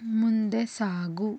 ಮುಂದೆ ಸಾಗು